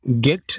get